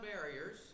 barriers